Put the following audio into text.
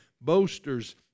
boasters